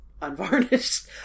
Unvarnished